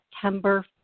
September